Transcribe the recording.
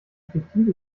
fiktive